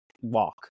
walk